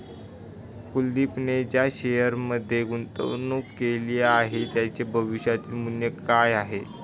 कुलदीपने ज्या शेअर्समध्ये गुंतवणूक केली आहे, त्यांचे भविष्यातील मूल्य काय आहे?